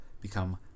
become